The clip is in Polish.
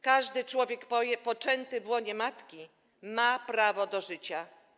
Każdy człowiek poczęty w łonie matki ma prawo do życia.